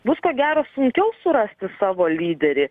bus ko gero sunkiau surasti savo lyderį